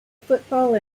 football